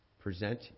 present